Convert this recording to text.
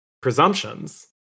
presumptions